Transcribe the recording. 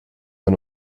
man